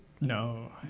No